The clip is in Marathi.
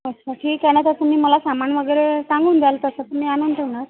अच्छा ठीक आहे ना जर तुम्ही मला सामान वगैरे सांगून द्याल तसं त मी आणून ठेवणार